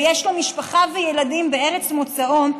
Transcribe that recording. ויש לו משפחה וילדים בארץ מוצאו,